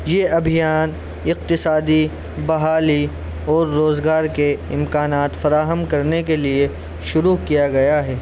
یہ ابھیان اقتصادی بحالی اور روزگار کے امکانات فراہم کرنے کے لیے شروع کیا گیا ہے